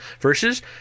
versus